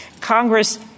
Congress